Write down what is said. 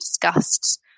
discussed